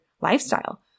lifestyle